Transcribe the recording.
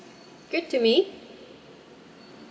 good to me